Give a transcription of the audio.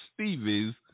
Stevies